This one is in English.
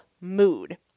mood